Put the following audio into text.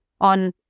on